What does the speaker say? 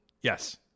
Yes